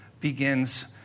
begins